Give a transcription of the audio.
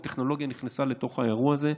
והטכנולוגיה נכנסה לתוך האירוע הזה.